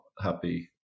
happy